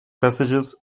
messages